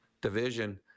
division